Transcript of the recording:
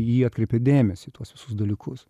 į jį atkreipia dėmesį į tuos visus dalykus